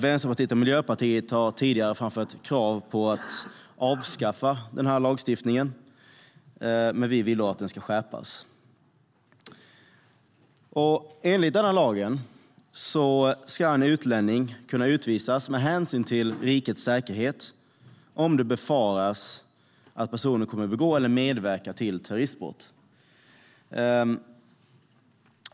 Vänsterpartiet och Miljöpartiet har tidigare framfört krav på att avskaffa lagstiftningen, men vi vill att den ska skärpas. Enligt denna lag ska en utlänning kunna utvisas med hänsyn till rikets säkerhet om det befaras att personen kommer att begå eller medverka till terroristbrott.